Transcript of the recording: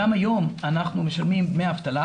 גם היום אנחנו משלמים דמי אבטלה,